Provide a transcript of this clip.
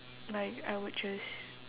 like I would just